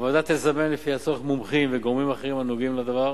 הוועדה תזמן לפי הצורך מומחים וגורמים אחרים הנוגעים לדבר